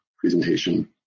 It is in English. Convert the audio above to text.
presentation